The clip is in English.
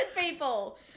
people